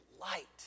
light